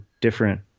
different